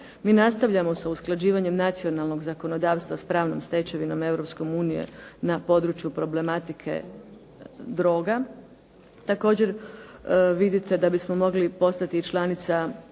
Mi nastavljamo sa usklađivanjem nacionalnog zakonodavstva s pravnom stečevinom Europske unije na području problematike droga. Također, vidite da bismo mogli postati članica